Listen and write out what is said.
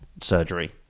surgery